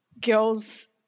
girls